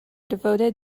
devoted